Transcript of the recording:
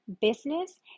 business